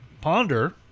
ponder